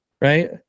Right